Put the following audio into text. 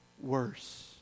worse